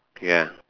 ya